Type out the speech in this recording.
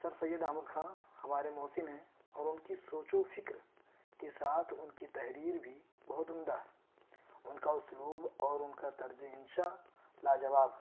سر سید احمد خاں ہمارے محسن ہیں اور ان کی سوچ و فکر کے ساتھ ان کی تحریر بھی بہت عمدہ ہے ان کا اسلوب اور ان کا طرز انشأ لا جواب